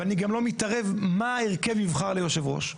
ואני גם לא מתערב מה ההרכב יבחר ליושב ראש?